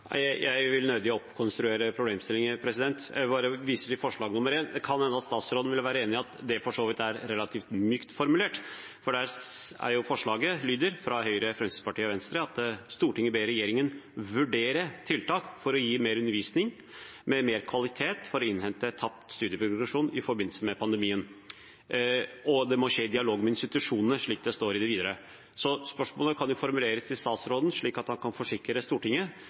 Jeg vil nødig oppkonstruere problemstillinger, jeg viser bare til forslag nr. 1. Det kan hende statsråden vil være enig i at det er relativt mykt formulert, for det står i forslaget fra Høyre, Fremskrittspartiet og Venstre at «Stortinget ber regjeringen vurdere tiltak for å gi mer undervisning med mer kvalitet for å innhente tapt studieprogresjon i forbindelse med pandemien», og at det må skje i dialog med institusjonene, slik det står i det videre. Spørsmålet kan jo formuleres til statsråden slik at han kan forsikre Stortinget: